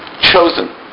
chosen